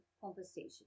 conversation